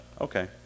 Okay